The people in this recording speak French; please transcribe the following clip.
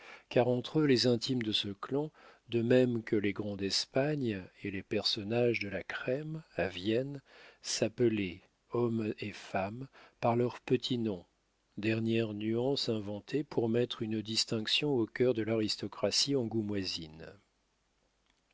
car entre eux les intimes de ce clan de même que les grands d'espagne et les personnages de la crème à vienne s'appelaient hommes et femmes par leurs petits noms dernière nuance inventée pour mettre une distinction au cœur de l'aristocratie angoumoisine